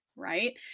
right